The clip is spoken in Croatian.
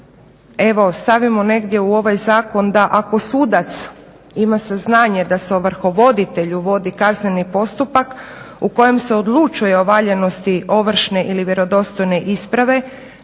evo stavimo negdje u ovaj zakon da ako sudac ima saznanje da se ovrhovoditelj uvodi kazneni postupak u kojem se odlučuje o valjanosti ovršne ili vjerodostojne isprave